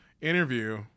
interview